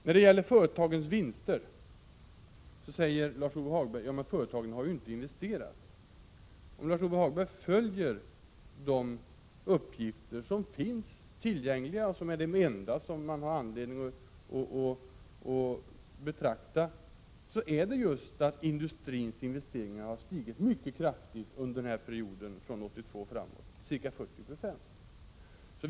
När det gäller företagens vinster säger Lars-Ove Hagberg: Ja, men företagen har ju inte investerat något. Om Lars-Ove Hagberg studerar de uppgifter som finns tillgängliga och som är de enda som man har anledning att betrakta, finner han att just industrins investeringar har ökat mycket kraftigt från 1982 och framåt. Det rör sig om ca 40 26.